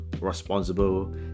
responsible